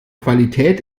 qualität